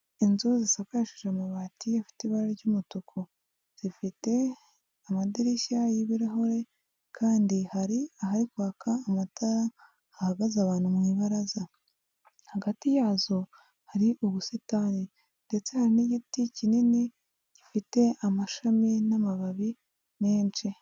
Inzu zisakashijeje amabati afite ibara ry'umutuku. Zifite amadirishya y'ibirahure, kandi hari ahari kwaka amatara, hagaze abantu mu ibaraza. Hagati yazo, hari ubusitani ndetse hari n'igiti kinini, gifite amashami n'amababi menshi.